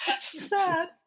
Sad